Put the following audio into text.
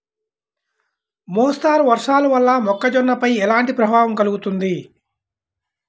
మోస్తరు వర్షాలు వల్ల మొక్కజొన్నపై ఎలాంటి ప్రభావం కలుగుతుంది?